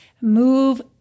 move